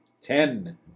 ten